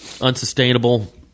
unsustainable